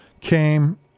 came